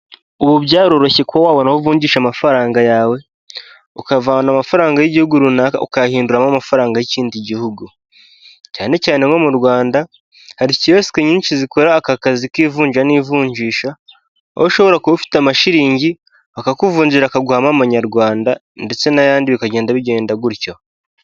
Ubu byaroroshye kuba wabona aho uvungisha amafaranga yawe, ukavana amafaranga y'igihugu runaka ukayahinduramo amafaranga y'ikindi gihugu, cyane cyane nko mu Rwanda hari kiyosicye nyinshi zikora aka kazi k'ivunja n'ivunjisha, aho ushobora kuba ufite amashiriningi bakakuvunjira bakaguha amanyarwanda ndetse n'ayandi bikagenda bigenda gutyo.